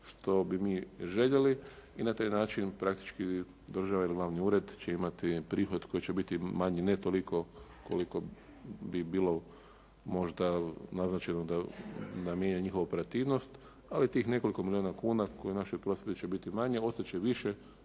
što bi mi željeli i na taj način praktički država ili glavni ured će imati prihod koji će biti manji ne toliko koliko bi bilo možda naznačeno da mijenja njihovu operativnost, ali tih nekoliko milijuna kuna …/Govornik se ne razumije./… će biti manje, ostati će više